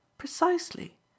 Precisely